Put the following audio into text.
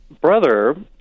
brother